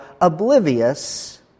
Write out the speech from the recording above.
oblivious